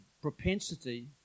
propensity